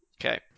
Okay